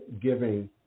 giving